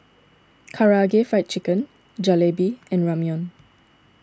Karaage Fried Chicken Jalebi and Ramyeon